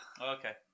okay